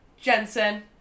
Jensen